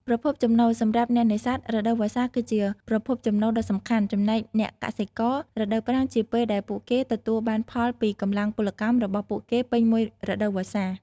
ប្រភពចំណូល សម្រាប់អ្នកនេសាទ រដូវវស្សាគឺជាប្រភពចំណូលដ៏សំខាន់ ចំណែកអ្នកកសិករ រដូវប្រាំងជាពេលដែលពួកគេទទួលបានផលពីកម្លាំងពលកម្មរបស់ពួកគេពេញមួយរដូវវស្សា។